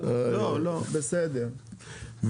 אני